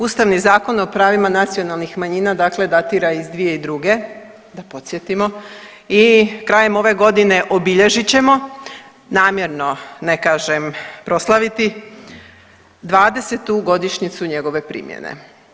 Ustavni zakon o pravima nacionalnih manjina dakle datira iz 2002., da podsjetimo i krajem ove godine obilježit ćemo namjerno ne kažem proslaviti 20 godišnjicu njegove primjene.